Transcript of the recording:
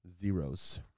zeros